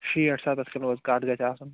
شیٹھ سَتَتھ کلوٗ حظ کٹھ گَژھہِ آسُن